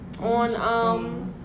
on